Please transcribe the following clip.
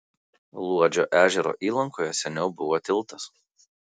luodžio ežero įlankoje seniau buvo tiltas